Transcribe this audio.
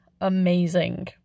amazing